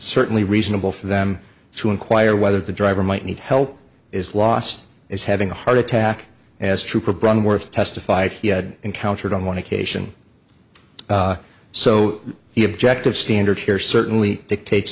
certainly reasonable for them to inquire whether the driver might need help is lost is having a heart attack as trooper brown worth testified he had encountered on one occasion so the objective standard here certainly dictates